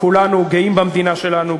כולנו גאים במדינה שלנו,